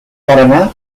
paraná